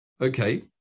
Okay